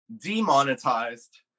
demonetized